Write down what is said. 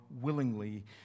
willingly